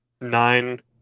nine